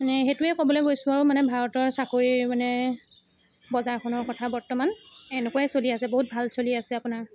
মানে সেইটোৱে ক'বলৈ গৈছো আৰু মানে ভাৰতৰ চাকৰিৰ মানে বজাৰখনৰ কথা বৰ্তমান এনেকুৱাই চলি আছে বহুত ভাল চলি আছে আপোনাৰ